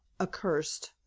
accursed